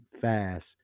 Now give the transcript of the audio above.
fast